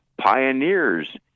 pioneers